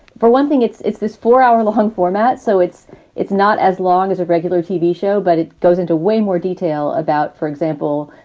for one thing, it's it's this four hour long format. so it's it's not as long as a regular tv show, but it goes into way more detail about, for example,